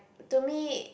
to me